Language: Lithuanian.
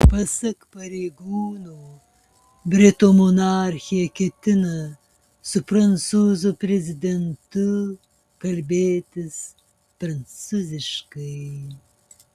pasak pareigūnų britų monarchė ketina su prancūzų prezidentu kalbėtis prancūziškai